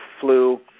flu